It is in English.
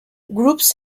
groups